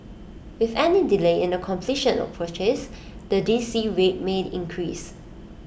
with any delay in the completion of the purchase the D C rate may increase